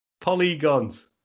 Polygons